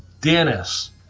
Dennis